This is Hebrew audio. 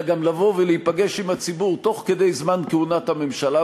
גם לבוא ולהיפגש עם הציבור תוך כדי כהונת הממשלה,